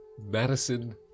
Madison